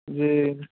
जी